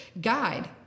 guide